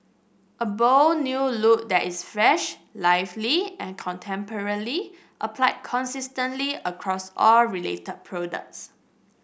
a bold new look that is fresh lively and contemporary applied consistently across all related products